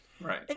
Right